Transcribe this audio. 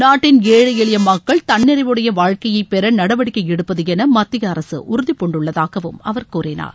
நாட்டின் ஏழை எளிய மக்கள் தன்னிறைவுடைய வாழ்க்கையை பெற நடவடிக்கை எடுப்பது என மத்திய அரசு உறுதிப்பூண்டுள்ளதாக அவர் கூறினார்